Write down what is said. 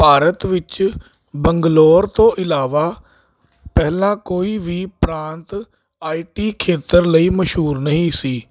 ਭਾਰਤ ਵਿੱਚ ਬੰਗਲੌਰ ਤੋਂ ਇਲਾਵਾ ਪਹਿਲਾਂ ਕੋਈ ਵੀ ਪ੍ਰਾਂਤ ਆਈਟੀ ਖੇਤਰ ਲਈ ਮਸ਼ਹੂਰ ਨਹੀਂ ਸੀ